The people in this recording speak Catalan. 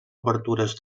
obertures